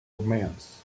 romance